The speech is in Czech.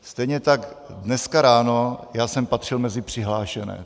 Stejně tak dneska ráno jsem patřil mezi přihlášené.